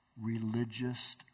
religious